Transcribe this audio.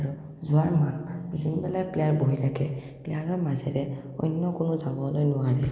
আৰু যোৱাৰ মাক যোনফালে প্লেয়াৰ বহি থাকে প্লেয়াৰৰ মাজেৰে অন্য কোনো যাবলৈ নোৱাৰে